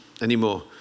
anymore